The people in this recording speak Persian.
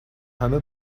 همه